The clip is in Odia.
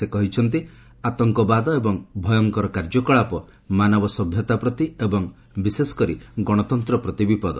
ସେ କହିଛନ୍ତି ଆତଙ୍କବାଦ ଏବଂ ଭୟଙ୍କର କାର୍ଯ୍ୟକଳାପ ମାନବ ସଭ୍ୟତା ପ୍ରତି ଏବଂ ବିଶେଷକରି ଗଣତନ୍ତ୍ର ପ୍ରତି ବିପଦ